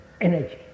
energy